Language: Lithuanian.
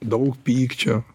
daug pykčio